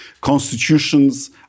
Constitutions